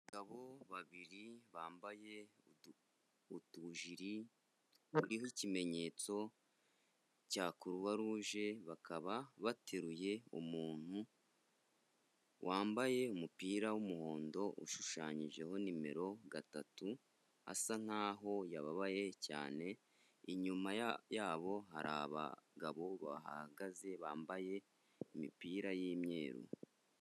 Abagabo babiri bambaye utu utujiri hariho ikimenyetso cya kuruwa ruje, bakaba bateruye umuntu wambaye umupira w'umuhondo ushushanyijeho numero gatatu asa nkaho yababaye cyane, inyuma yabo hari abagabo bahagaze bambaye imipira y'imweru.